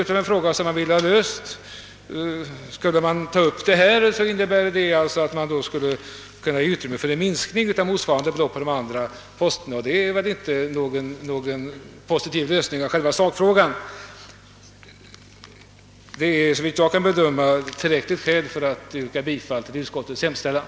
Skulle man ta med beloppet här, skulle det kanske innebära en minskning med motsvarande belopp på andra anslagsposter, och det ändrade alltså ingenting i sak. Detta är, såvitt jag kan bedöma, tillräckligt skäl för mig att yrka bifall till utskottets hemställan.